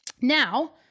now